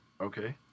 Okay